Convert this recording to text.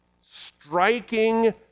Striking